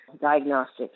Diagnostics